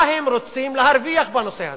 מה הם רוצים להרוויח בנושא הזה?